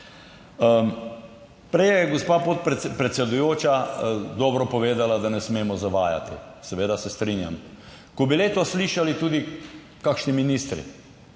Prej je gospa predsedujoča dobro povedala, da ne smemo zavajati. Seveda se strinjam. Ko bi le to slišali tudi kakšni ministri.